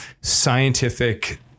scientific